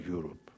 Europe